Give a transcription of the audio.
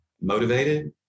motivated